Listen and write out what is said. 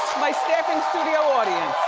my staff and studio audience.